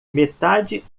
metade